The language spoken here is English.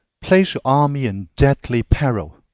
place your army in deadly peril,